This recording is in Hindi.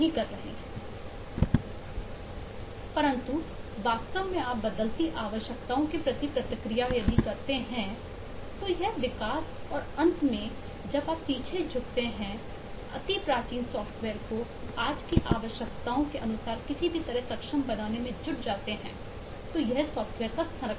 रखा है परंतु वास्तव में आप बदलती आवश्यकता ओं के प्रति प्रतिक्रिया करते हैं तो यह विकास और अंत में जब आप पीछे झुकते हैं अति प्राचीन सॉफ्टवेयर को आज की आवश्यकताओं के अनुसार किसी भी तरह सक्षम बनाने में जुट जाते हैं तो यह सॉफ्टवेयर का संरक्षण है